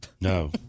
No